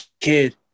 kid